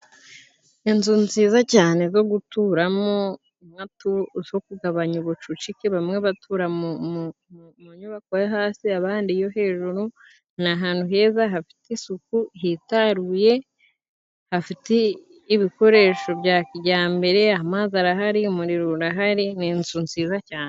Inzu nziza cyane zo guturamo， zo kugabanya ubucucike bamwe batura mu nyubako yo hasi，abandi yo hejuru， ni ahantu heza hafite isuku， hitaruye hafite ibikoresho bya kijyambere， amazi arahari umuriro urahari，ni inzu nziza cyane.